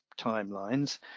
timelines